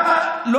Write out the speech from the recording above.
לא, לא